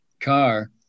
car